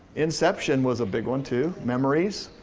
inception was a big one too. memories,